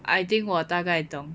I think 我大概懂